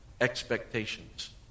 Expectations